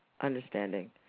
understanding